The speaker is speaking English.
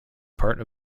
part